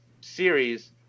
series